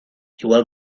igual